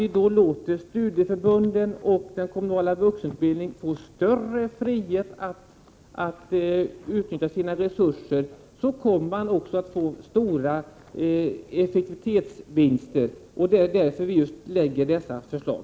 Vi anser att studieförbunden och den kommunala vuxenutbildningen genom vår politik får större frihet att utnyttja sina resurser och även kommer att få värdefulla effektivitetsvinster, och det är därför som vi lägger fram vårt förslag.